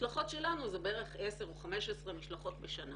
המשלחות שלנו זה בערך 10 או 15 משלחות בשנה